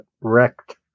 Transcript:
wrecked